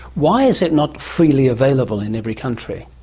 why is it not freely available in every country?